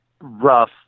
rough